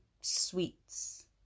sweets